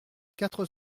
quatre